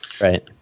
Right